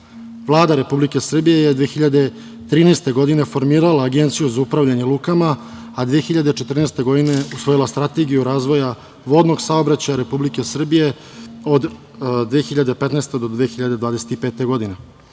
Republike Srbije je 2013. godine formirala Agenciju za upravljanje lukama a 2014. godine usvojila Strategiju razvoja vodnog saobraćaja Republike Srbije od 2015. do 2025.